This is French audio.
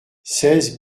seize